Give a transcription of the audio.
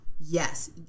yes